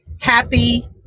happy